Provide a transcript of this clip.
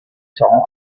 time